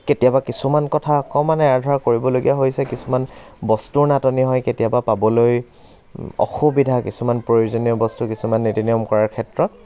কেতিয়াবা কিছুমান কথা অকণমান এৰা ধৰা কৰিবলগীয়া হৈছে কিছুমান বস্তুৰ নাটনি হয় কেতিয়াবা পাবলৈ অসুবিধা কিছুমান প্ৰয়োজনীয় বস্তু কিছুমান নীতি নিয়ম কৰাৰ ক্ষেত্ৰত